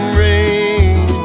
rain